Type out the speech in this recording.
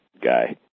guy